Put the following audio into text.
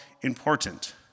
important